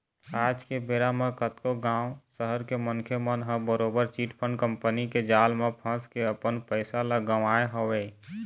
आज के बेरा म कतको गाँव, सहर के मनखे मन ह बरोबर चिटफंड कंपनी के जाल म फंस के अपन पइसा ल गवाए हवय